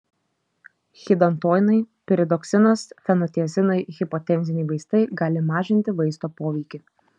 hidantoinai piridoksinas fenotiazinai hipotenziniai vaistai gali mažinti vaisto poveikį